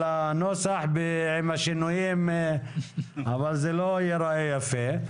הנוסח עם השינויים אבל זה לא ייראה יפה.